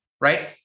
right